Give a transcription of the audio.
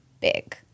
big